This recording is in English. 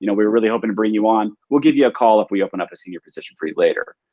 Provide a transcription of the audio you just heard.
you know we were really hoping to bring you on. we'll give you a call if we open up a senior position for you later.